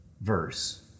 verse